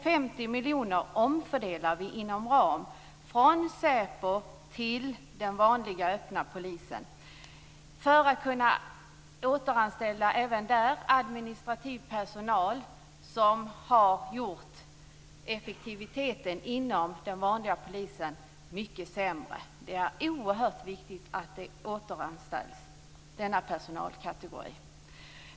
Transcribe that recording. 50 miljoner omfördelar vi inom ram från SÄPO till den vanliga öppna polisen för att även där kunna återanställa administrativ personal, då uppsägningarna gjort effektiviteten inom den vanliga polisen mycket sämre. Det är oerhört viktigt att denna personalkategori återanställs.